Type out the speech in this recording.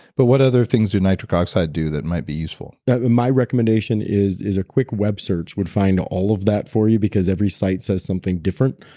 but what other things do nitric oxide do that might be useful? but my recommendation is is a quick web search would find all of that for you because every site says something different.